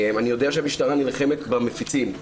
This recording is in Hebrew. אני יודע שהמשטרה נלחמת במפיצים.